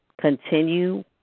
Continue